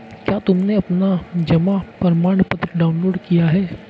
क्या तुमने अपना जमा प्रमाणपत्र डाउनलोड किया है?